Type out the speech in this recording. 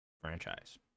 franchise